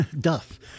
Duff